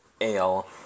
ale